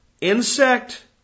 insect